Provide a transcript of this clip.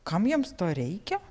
kam jiems to reikia